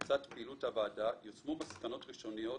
לצד פעילות הוועדה יושמו מסקנות ראשוניות